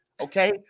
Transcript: Okay